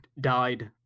died